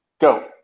go